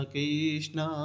Krishna